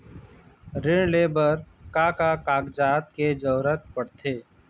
ऋण ले बर का का कागजात के जरूरत पड़थे?